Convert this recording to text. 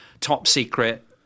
Top-secret